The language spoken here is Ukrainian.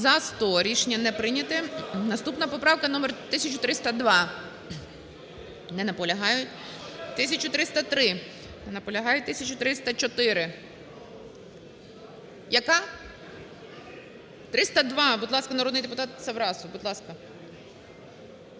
За-100 Рішення не прийняте. Наступна поправка - номер 1302. Не наполягають. 1303. Не наполягають. 1304. Яка? 302. Будь ласка, народний депутат Саврасов, будь ласка.